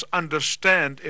understand